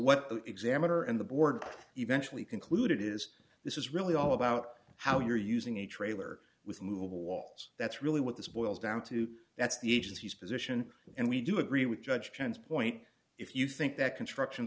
the examiner and the board eventually concluded is this is really all about how you're using a trailer with movable walls that's really what this boils down to that's the agency's position and we do agree with judge jones point if you think that constructions